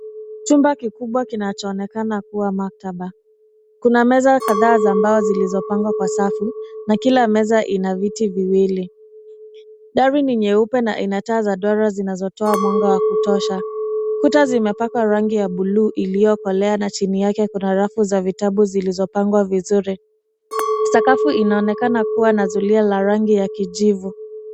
Chumba kikubwa kinachoonekana kuwa maktaba. Kuna meza kadhaa za mbao zilizopangwa kwa safu, na kila meza ina viti viwili. Dari ni nyeupe na ina taa za duara zinazotoa mwanga wa kutosha. Kuta zimepakwa rangi ya bluu iliyokolea na chini yake kuna rafu za vitabu zilizopangwa vizuri. Sakafu inaonekana kuwa na zulia la rangi ya kijivu.